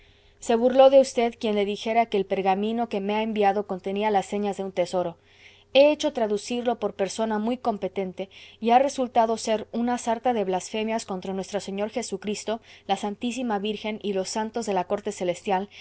se burló de usted quien le dijera que el pergamino que me ha enviado contenía las señas de un tesoro he hecho traducirlo por persona muy competente y ha resultado ser una sarta de blasfemias contra nuestro señor jesucristo la santísima virgen y los santos de la corte celestial